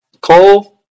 Cole